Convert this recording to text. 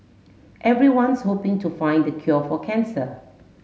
everyone's hoping to find the cure for cancer